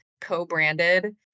co-branded